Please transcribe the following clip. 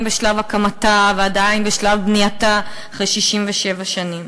בשלב הקמתה ועדיין בשלב בנייתה אחרי 67 שנים.